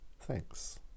thanks